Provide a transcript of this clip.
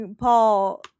Paul